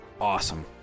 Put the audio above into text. Awesome